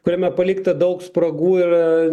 kuriame palikta daug spragų ir